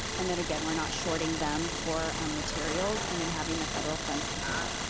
and then again, we're not shorting them for ah materials and then having the federal funds pick it up.